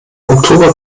oktober